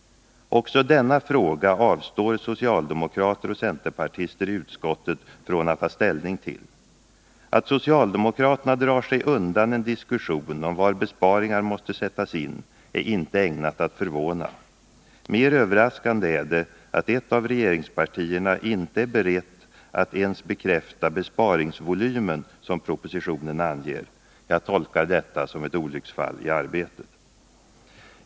Också denna fråga avstår socialdemokrater och centerpartister i utskottet från att ta ställning till. Att socialdemokraterna drar sig undan en diskussion om var besparingar måste sättas in är inte ägnat att förvåna. Mer överraskande är att ett av regeringspartierna inte är berett att ens bekräfta den besparingsvolym som propositionen anger. Jag tolkar detta som ett olycksfall i arbetet.